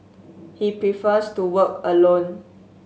he prefers to work alone